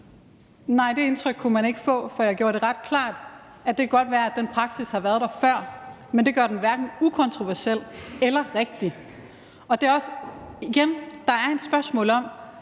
Nej, det indtryk kunne man ikke få, for jeg gjorde det ret klart, at det godt kan være, at den praksis har været der før, men det gør den hverken ukontroversiel eller rigtig. Igen, det er et spørgsmål om,